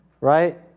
right